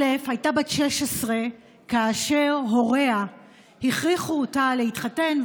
א' הייתה בת 16 כאשר הוריה הכריחו אותה להתחתן,